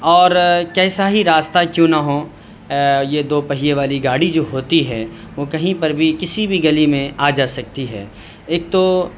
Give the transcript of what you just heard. اور کیسا ہی راستہ کیوں نہ ہوں یہ دو پہیے والی گاڑی جو ہوتی ہے وہ کہیں پر بھی کسی بھی گلی میں آ جا سکتی ہے ایک تو